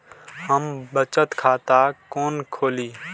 हम बचत खाता कोन खोली?